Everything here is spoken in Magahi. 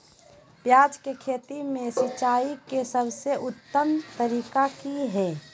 प्याज के खेती में सिंचाई के सबसे उत्तम तरीका की है?